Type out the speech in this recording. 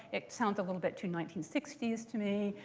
it sounds a little bit too nineteen sixty s to me,